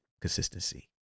consistency